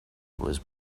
was